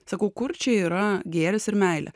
sakau kur čia yra gėris ir meilė